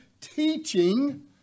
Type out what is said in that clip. teaching